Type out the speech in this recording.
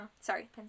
sorry